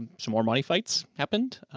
and some more money fights happened.